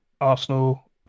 Arsenal